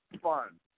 fun